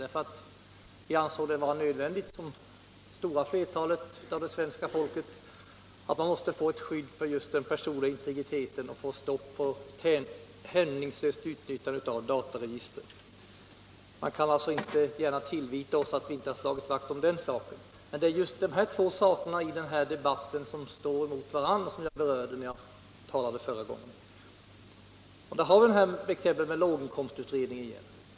Som flertalet av svenska folket ansåg vi att den var nödvändig för att få ett skydd för den personliga integriteten och för att förhindra ett hänsynslöst utnyttjande av dataregistren. Man kan sålunda inte tillvita oss för att inte ha slagit vakt om det. Som jag framhöll förra gången jag hade ordet har vi här två saker som står emot varandra. Jag tar exemplet med låginkomstutredningen.